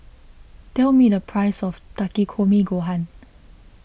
tell me the price of Takikomi Gohan